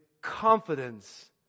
confidence